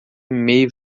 meio